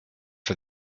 for